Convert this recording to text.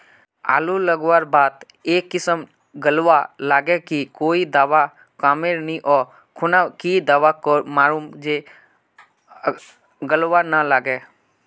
आलू लगवार बात ए किसम गलवा लागे की कोई दावा कमेर नि ओ खुना की दावा मारूम जे गलवा ना लागे?